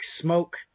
smoke